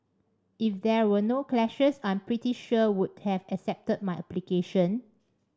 if there were no clashes I'm pretty sure would have accepted my application